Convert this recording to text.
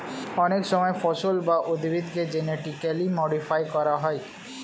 অনেক সময় ফসল বা উদ্ভিদকে জেনেটিক্যালি মডিফাই করা হয়